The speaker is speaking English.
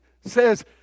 says